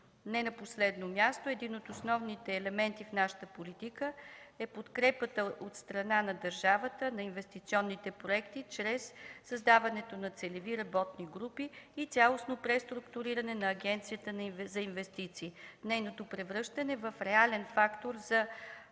Не на последно място, един от основните елементи в нашата политика е подкрепата от страна на държавата на инвестиционните проекти чрез създаването на целеви работни групи и цялостно преструктуриране на Агенцията за инвестиции. За нейното превръщане в реален фактор са: